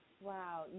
Wow